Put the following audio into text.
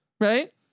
Right